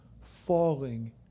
falling